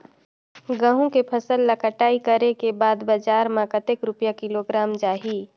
गंहू के फसल ला कटाई करे के बाद बजार मा कतेक रुपिया किलोग्राम जाही?